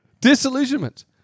Disillusionment